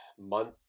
month